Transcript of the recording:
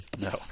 No